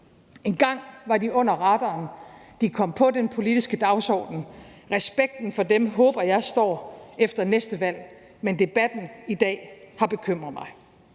Engang var de under radaren, de kom på den politiske dagsorden, respekten for dem håber jeg står efter næste valg, men debatten i dag har bekymret mig.